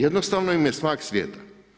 Jednostavno im je smak svijeta.